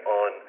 on